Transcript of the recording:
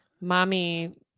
mommy